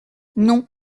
non